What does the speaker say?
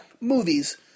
movies